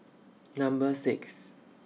Number six